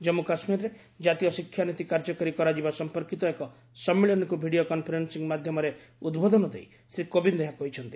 ଜନ୍ମ କାଶ୍ମୀରରେ କାତୀୟ ଶିକ୍ଷା ନୀତି କାର୍ଯ୍ୟକାରୀ କରାଯିବା ସମ୍ପର୍କିତ ଏକ ସମ୍ମିଳନୀକୁ ଭିଡିଓ କନଫରେନ୍ସିଂ ମାଧ୍ୟମରେ ଉଦ୍ବୋଧନ ଦେଇ ଶ୍ରୀ କୋବିନ୍ଦ ଏହା କହିଛନ୍ତି